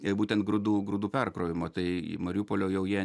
ir būtent grūdų grūdų perkrovimo tai mariupolio jau jie